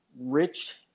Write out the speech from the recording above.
rich